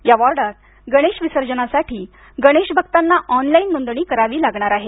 या वॉर्डात गणेश विसर्जनासाठी गणेशभक्तांना ऑनलाइन नोंदणी करावी लागणार आहे